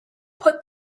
put